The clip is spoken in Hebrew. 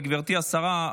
גברתי השרה.